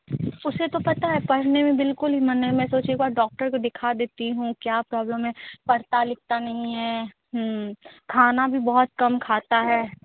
उसे तो पता है पढ़ने में बिल्कुल ही मन नही मैं सोच रही हूँ एक बार डॉक्टर को दिखा देती हूँ क्या प्रॉब्लम है पढ़ता लिखता नहीं है खाना भी बहुत कम खाता है